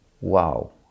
wow